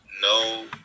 no